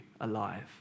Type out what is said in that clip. alive